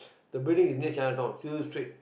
the building is near Chinatown Cecil street